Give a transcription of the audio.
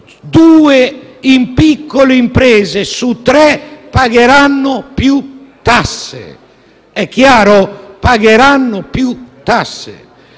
due piccole imprese su tre pagheranno più tasse (è chiaro? Pagheranno più tasse!).